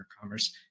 Commerce